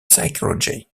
psychology